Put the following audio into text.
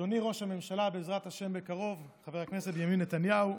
אדוני ראש הממשלה בעזרת השם בקרוב חבר הכנסת בנימין נתניהו,